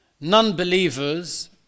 non-believers